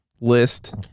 list